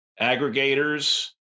aggregators